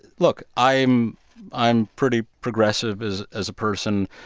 look, i'm i'm pretty progressive as as a person,